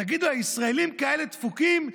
תגידו, הישראלים כאלה דפוקים?